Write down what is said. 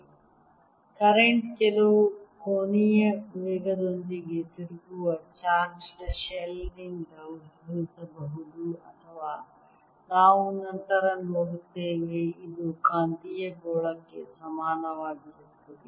⃗KKsinθϕ current ಕೆಲವು ಕೋನೀಯ ವೇಗದೊಂದಿಗೆ ತಿರುಗುವ ಚಾರ್ಜ್ಡ್ ಶೆಲ್ನಿಂದ ಉದ್ಭವಿಸಬಹುದು ಅಥವಾ ನಾವು ನಂತರ ನೋಡುತ್ತೇವೆ ಇದು ಕಾಂತೀಯ ಗೋಳಕ್ಕೆ ಸಮಾನವಾಗಿರುತ್ತದೆ